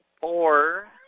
four